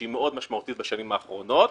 שהיא מאוד משמעותית בשנים האחרונות,